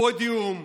פודיום,